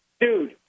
Dude